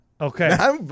Okay